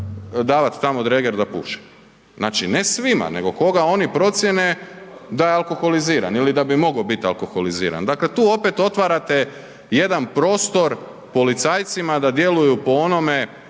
davat, davat tamo dreger da puše, znači ne svima nego koga oni procijene da je alkoholiziran ili da bi mogo bit alkoholiziran, dakle tu opet otvarate jedan prostor policajcima da djeluju po onome